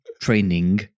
training